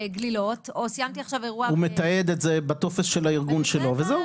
בגלילות' -- הוא מתעד את זה בטופס של הארגון שלו וזהו.